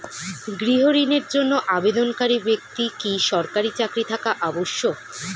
গৃহ ঋণের জন্য আবেদনকারী ব্যক্তি কি সরকারি চাকরি থাকা আবশ্যক?